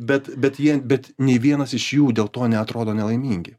bet bet jie bet nei vienas iš jų dėl to neatrodo nelaimingi